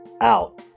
out